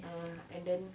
ah and then